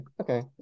Okay